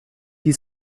die